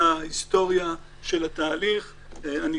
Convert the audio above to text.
תקנות מרשם האוכלוסין (רישומים בתעודת זהות) (תיקון),